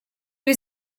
was